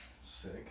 Sick